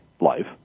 life